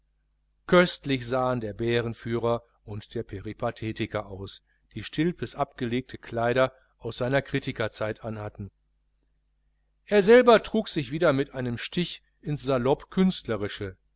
köstlich sahen der bärenführer und der peripathetiker aus die stilpes abgelegte kleider aus seiner kritikerzeit anhatten er selber trug sich wieder mit einem stich ins